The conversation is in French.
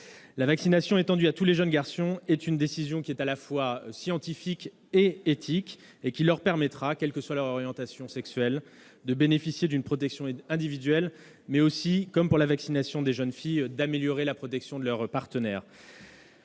La vaccination étendue à tous les jeunes garçons est une décision à la fois scientifique et éthique qui leur permettra, quelle que soit leur orientation sexuelle, de bénéficier d'une protection individuelle, mais aussi, comme pour la vaccination des jeunes filles, d'améliorer la protection de leur partenaire.